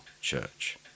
church